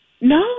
No